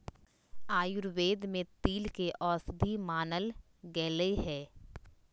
आयुर्वेद में तिल के औषधि मानल गैले है